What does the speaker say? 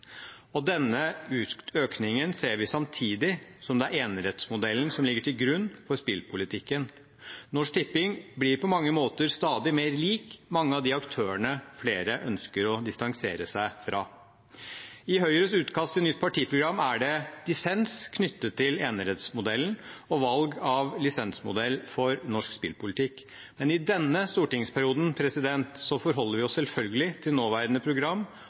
Og denne økningen ser vi samtidig som det er enerettsmodellen som ligger til grunn for spillpolitikken. Norsk Tipping blir på mange måter stadig mer lik mange av de aktørene flere ønsker å distansere seg fra. I Høyres utkast til nytt partiprogram er det dissens knyttet til enerettsmodellen og valg av lisensmodell for norsk spillpolitikk, men i denne stortingsperioden forholder vi oss selvfølgelig til nåværende program